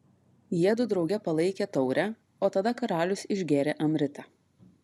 jiedu drauge palaikė taurę o tada karalius išgėrė amritą